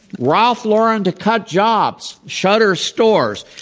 ralph lauren to cut jobs, shutter stores.